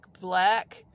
black